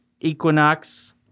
Equinox